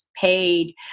Paid